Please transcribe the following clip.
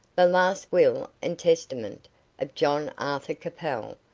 the last will and testament of john arthur capel,